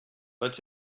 let